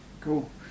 Cool